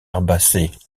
herbacées